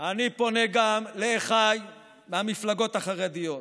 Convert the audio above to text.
אני פונה גם לאחיי מהמפלגות החרדיות.